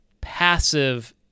passive